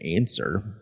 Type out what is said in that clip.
answer